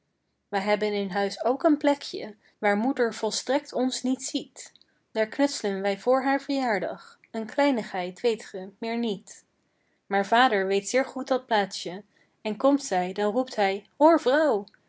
wij hebben in huis ook een plekje waar moeder volstrekt ons niet ziet daar knuts'len wij voor haar verjaardag een kleinigheid weet ge meer niet pieter louwerse alles zingt maar vader weet zeer goed dat plaatsje en komt zij dan roept hij hoor vrouw